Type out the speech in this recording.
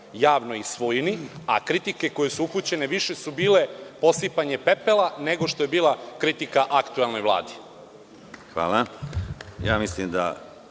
javnoj svojini, a kritike koje su upućene više su bile posipanje pepela nego što je bila kritika aktuelnoj Vladi. **Konstantin